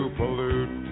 pollute